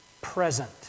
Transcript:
present